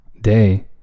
day